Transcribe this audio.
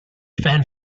fan